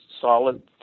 solid